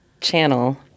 channel